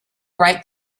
write